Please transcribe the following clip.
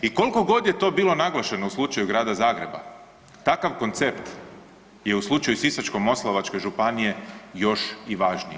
I koliko god je to bilo naglašeno u slučaju Grada Zagreba, takav koncept je u slučaju Sisačko-moslavačke županije još i važniji.